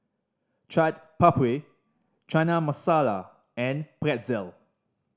Chaat Papri Chana Masala and Pretzel